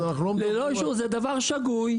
זה דבר שגוי,